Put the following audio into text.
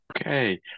Okay